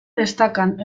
destacan